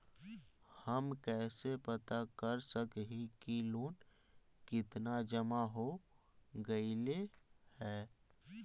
हम कैसे पता कर सक हिय की लोन कितना जमा हो गइले हैं?